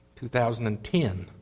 2010